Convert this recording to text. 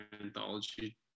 anthology